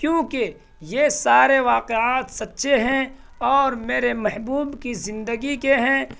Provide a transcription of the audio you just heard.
کیونکہ یہ سارے واقعات سچے ہیں اور میرے محبوب کی زندگی کے ہیں